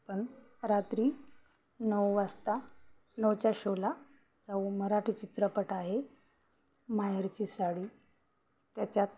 पण रात्री नऊ वाजता नऊच्या शोला जाऊ मराठी चित्रपट आहे माहेरची साडी त्याच्यात